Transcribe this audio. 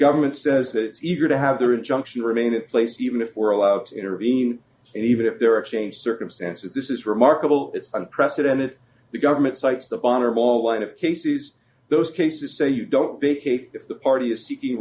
government says the eager to have their injunction remain in place even if we're allowed to intervene and even if there are changed circumstances this is remarkable it's unprecedented the government cites the bomber of all line of cases those cases say you don't vacate if the party is seeking